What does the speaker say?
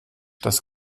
das